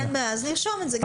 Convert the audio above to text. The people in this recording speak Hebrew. אין בעיה, אז נרשום את זה גם.